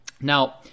Now